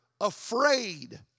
afraid